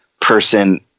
person